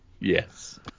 Yes